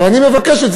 ואני מבקשת,